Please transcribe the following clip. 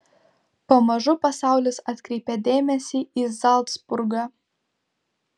pamažu pasaulis atkreipė dėmesį į zalcburgą